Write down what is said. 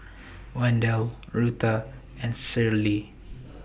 Wendel Rutha and Cicely